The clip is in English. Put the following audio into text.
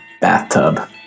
bathtub